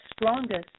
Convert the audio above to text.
strongest